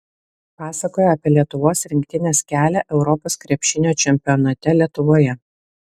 pasakoja apie lietuvos rinktinės kelią europos krepšinio čempionate lietuvoje